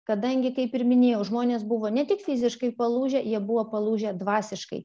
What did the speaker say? kadangi kaip ir minėjau žmonės buvo ne tik fiziškai palūžę jie buvo palūžę dvasiškai